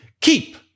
Keep